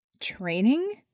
Training